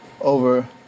Over